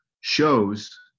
shows